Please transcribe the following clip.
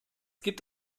gibt